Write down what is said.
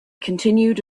continued